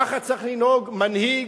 ככה צריך לנהוג מנהיג,